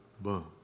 boom